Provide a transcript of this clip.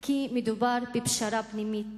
כי מדובר בפשרה פנימית,